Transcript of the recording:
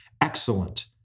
excellent